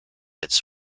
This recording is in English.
its